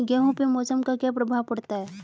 गेहूँ पे मौसम का क्या प्रभाव पड़ता है?